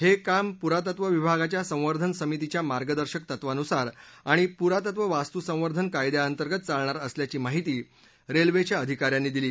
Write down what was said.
हक्रिम पुरात्व विभागाच्या संवर्धन समितीच्या मार्गदर्शक तत्वांनुसार आणि पुरातत्व वास्तू संवर्धन कायद्यांतर्गत चालणार असल्याची माहिती रखिखा अधिका यांनी दिली